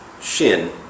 Shin